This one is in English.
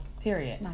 Period